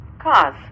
Cause